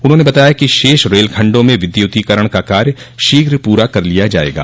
उन्होंने बताया कि शेष रेलखण्डों में विद्यूतीकरण का कार्य शीघ्र पूरा कर लिया जायेगा